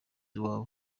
iwabo